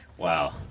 Wow